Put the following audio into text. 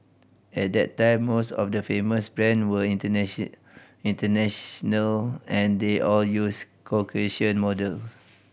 at that time most of the famous brand were international and they all used Caucasian model